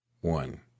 One